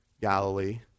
Galilee